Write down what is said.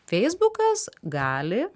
feisbukas gali